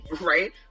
Right